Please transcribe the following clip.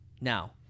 now